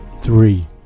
Three